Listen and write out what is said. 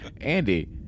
Andy